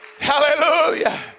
Hallelujah